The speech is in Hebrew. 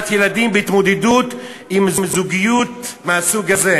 ילדים בהתמודדות עם זוגיות מהסוג הזה.